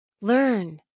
Learn